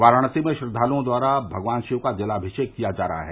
वाराणसी में श्रद्वालुओं द्वारा भगवान शिव का जलाभिषेक किया जा रहा है